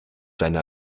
deine